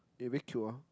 eh you very cute ah